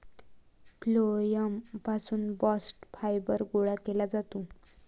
phloem पासून bast fibre गोळा केले जाते